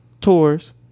tours